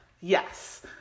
Yes